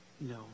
no